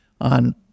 on –